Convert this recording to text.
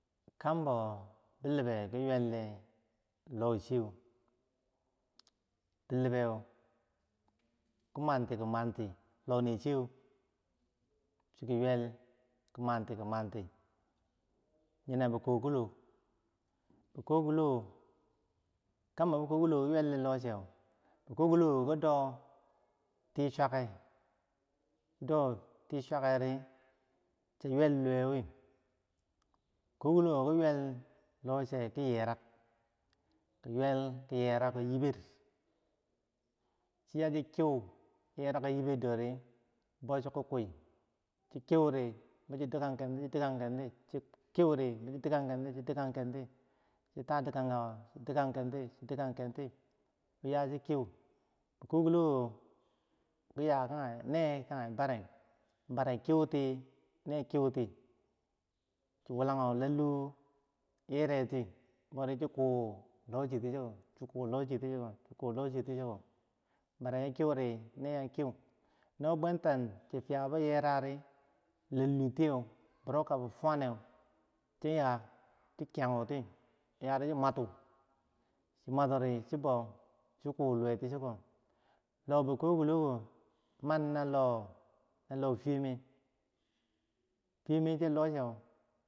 Kanbo bilibe ki yumelde loshiyeu, bilibai, ki munti ki munti, lonicheu, chiki yul ki uwanti, ki muwanti, nyo na bi kokilok, bikokilok kam bo bikokiloko ki yule loh cheu bikokiloko ki do tisuwamake ri cha yuwel luwe wi, bikokiloko ki yuwel lochiyew kiyerah, ki yumel ki kyerako yebet, chi yanchi kieu yerako yiberkori chi bow chi ki kui, chi keu ri chi bow chi dikang kenti chi dikang kenti chi ta dikang gako chi dikang kenti, cho dokankenti, bikokiloko, ki yakanye nee, kange bare, bare kiu ti nee kiu tii chi wobragu lalu yerakoti, chi bow ri chi ku lochi ti chiko, no bwenta chi fiya boh yerang ri bilu tieu woro kami fwand neu chi yah chi kiyaguti chi mwateu, chi mateu ri chi bow chi ku luwh tichiko, loh bikokiloko man na loh cheme chemeh cheu loh chew.